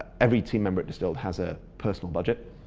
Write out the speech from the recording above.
every team member at distilled has a personal budget.